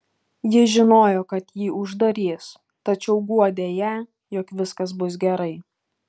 jis žinojo kad jį uždarys tačiau guodė ją jog viskas bus gerai